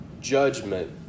judgment